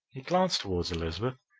he glanced towards elizabeth,